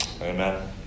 Amen